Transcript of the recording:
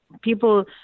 People